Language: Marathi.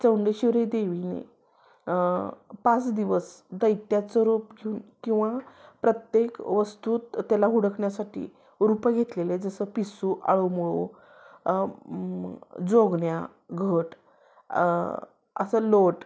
चौंडेश्वरी देवीने पाच दिवस दैत्याचं रूप घेऊन किंवा प्रत्येक वस्तूत त्याला हुडकण्यासाठी रूपं घेतलेले आहेत जसं पिसू आळूमळू जोगन्या घट असं लोट